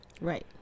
right